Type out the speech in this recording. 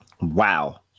Wow